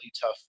tough